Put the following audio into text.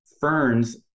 Ferns